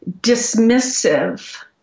dismissive